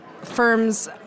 firms